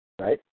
right